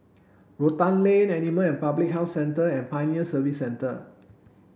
Rotan Lane Animal Public Health Centre and Pioneer Service Centre